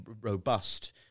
robust